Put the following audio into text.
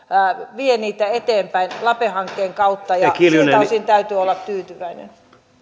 vie eteenpäin lape hankkeen kautta ja siltä osin täytyy olla tyytyväinen